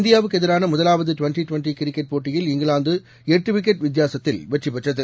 இந்தியாவுக்குஎதிரானமுதலாவதுடுவெண்டிடுவெண்டிகிரிக்கெட் போட்டியில் இங்கிலாந்துஎட்டுவிக்கெட் வித்தியாசத்தில் வெற்றிபெற்றது